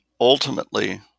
ultimately